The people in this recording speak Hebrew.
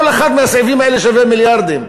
כל אחד מהסעיפים האלה שווה מיליארדים.